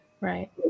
right